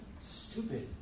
Stupid